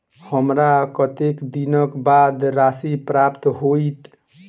हमरा कत्तेक दिनक बाद राशि प्राप्त होइत?